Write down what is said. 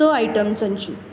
स आइटम्सांची